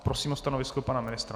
Prosím o stanovisko pana ministra.